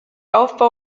aufbau